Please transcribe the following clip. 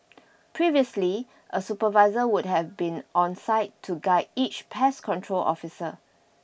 previously a supervisor would have been on site to guide each pest control officer